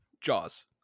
Jaws